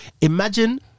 imagine